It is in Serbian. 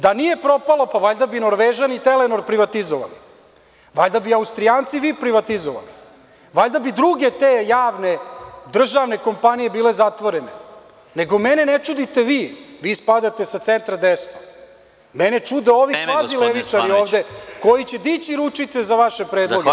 Da nije propala, pa valjda bi Norvežani „Telenor“ privatizovali, valjda bi Austrijanci VIP privatizovali, valjda bi druge te javne državne kompanije bile zatvorene, nego mene ne čudite vi, vi spadate sa centra desno, mene čude kvazi levičari ovde koji će dići ručice za vaše predloge.